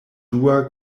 dua